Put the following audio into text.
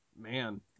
Man